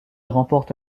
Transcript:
remporte